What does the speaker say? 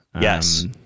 Yes